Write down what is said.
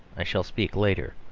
i shall speak later.